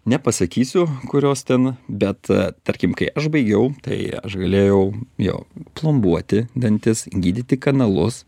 nepasakysiu kurios ten bet tarkim kai aš baigiau tai aš galėjau jo plombuoti dantis gydyti kanalus